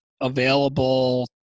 available